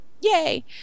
Yay